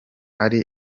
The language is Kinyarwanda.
ari